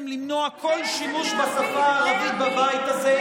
למנוע כל שימוש בשפה הערבית בבית הזה,